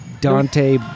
Dante